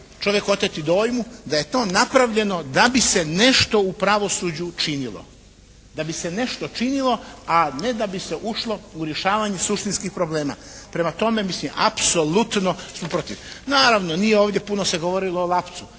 čovjek oteti dojmu da je to napravljeno da bi se nešto u pravosuđu učinilo, da bi se nešto činilo. A ne da bi se ušlo u rješavanje suštinskih problema. Prema tome mislim, apsolutno smo protiv. Naravno nije ovdje puno se govorilo o Lapcu.